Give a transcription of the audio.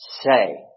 say